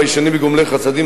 ביישנים וגומלי חסדים,